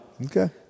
Okay